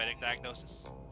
diagnosis